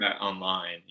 online